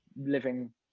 living